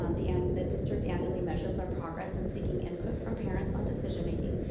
um the and the district annually measures our progress in seeking input from parents on decision-making,